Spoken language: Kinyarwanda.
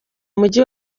mujyi